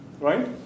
Right